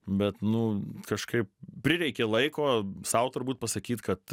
bet nu kažkaip prireikė laiko sau turbūt pasakyt kad